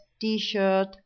t-shirt